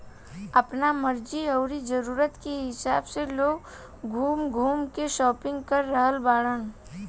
आपना मर्जी अउरी जरुरत के हिसाब से लोग घूम घूम के शापिंग कर रहल बाड़न